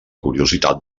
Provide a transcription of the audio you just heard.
curiositat